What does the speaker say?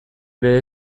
ere